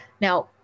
Now